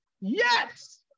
yes